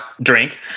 drink